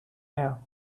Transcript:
air